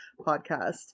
podcast